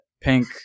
pink